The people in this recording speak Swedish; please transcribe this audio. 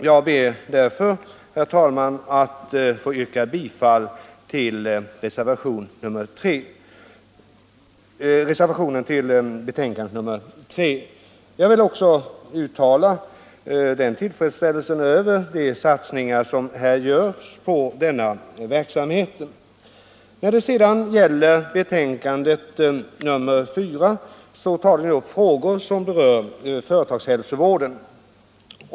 Jag ber därför, herr talman, att få yrka bifall till reservationen vid betänkandet nr 3. Jag vill också uttala tillfredsställelse över de satsningar som görs inom denna verksamhet. Socialutskottets betänkande nr 4 tar upp frågor som berör företagshälsovården.